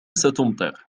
ستمطر